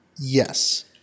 Yes